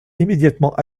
immédiatement